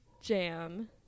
jam